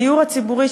הדיור הציבורי,